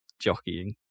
jockeying